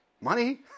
money